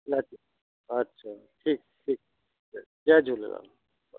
अच्छा ठीकु ठीकु जय झूलेलाल